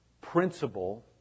principle